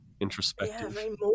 introspective